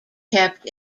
kept